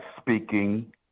speaking